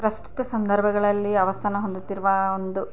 ಪ್ರಸ್ತುತ ಸಂದರ್ಭಗಳಲ್ಲಿ ಅವಸಾನ ಹೊಂದುತ್ತಿರುವ ಒಂದು